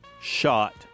shot